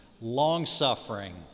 long-suffering